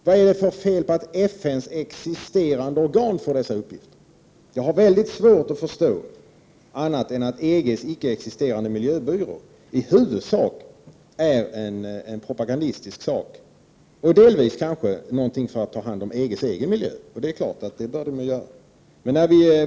Vad är det för fel på att FN:s existerande organ får dessa uppgifter? Jag har väldigt svårt att förstå annat än att EG:s icke existerande miljöbyrå i huvudsak kommer att inrättas i propagandistiskt syfte och delvis för att ta hand om EG:s egen miljö, och det är klart att det bör den göra.